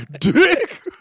Dick